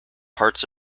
parts